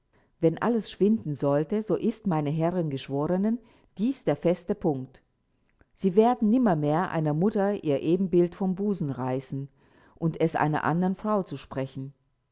wenn alles schwinden sollte so ist meine herren geschworenen dies der feste punkt sie werden nimmermehr einer mutter ihr ebenbild vom busen reißen und es einer anderen frau zu sprechen